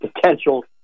potential